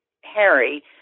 Harry